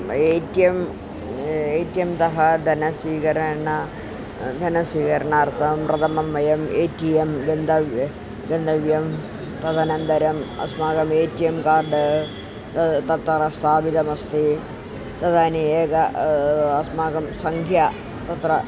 A T M A T M तः धनस्वकरणं धनस्वीकरणार्थं प्रथमं वयम् ए टि एम् गन्तव्यं गन्तव्यं तदनन्दरम् अस्माकम् ए टि एम् कार्ड् तत्र स्थापितमस्ति तदानीम् एका अस्माकं सङ्ख्या तत्र